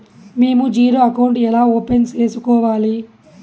మేము zero account ఎలా open సేసుకోవాలి